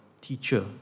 teacher